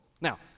Now